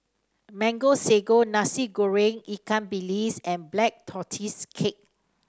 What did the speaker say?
Mango Sago Nasi Goreng Ikan Bilis and Black Tortoise Cake